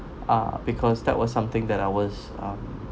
ah because that was something that I was um